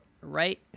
right